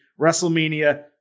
WrestleMania